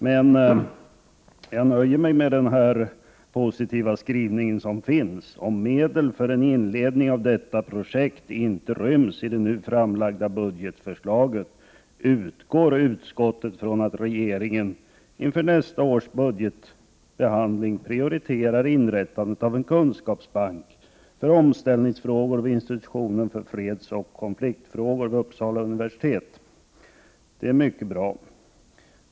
Men jag nöjer mig med den positiva skrivningen: ”Om medel för en inledning av detta projekt inte ryms i det nu framlagda budgetförslaget utgår utskottet från att regeringen inför nästa års budgetbehandling prioriterar inrättandet av en kunskapsbank för omställningsfrågor vid institutionen för fredsoch konfliktfrågor vid Uppsala universitet.” Det är mycket bra.